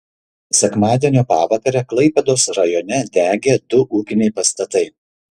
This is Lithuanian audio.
sekmadienio pavakarę klaipėdos rajone degė du ūkiniai pastatai